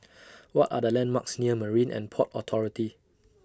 What Are The landmarks near Marine and Port Authority